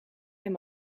hem